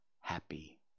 happy